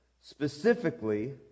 specifically